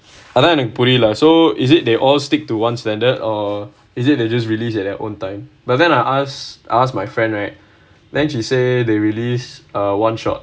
அதான் எனக்கு புரியல:adhaan enakku puriyala lah so is it they all stick to one standard or is it they just released at their own time but then I as~ asked my friend right then she say they release one shot